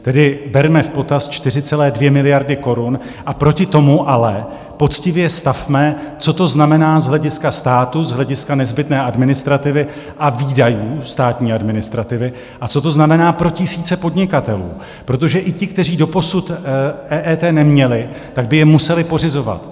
Tedy berme v potaz 4,2 miliardy korun a proti tomu ale poctivě stavme, co to znamená z hlediska státu, z hlediska nezbytné administrativy a výdajů státní administrativy, a co to znamená pro tisíce podnikatelů, protože i ti, kteří doposud EET neměli, by je museli pořizovat.